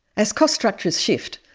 as cost structures shift,